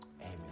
amen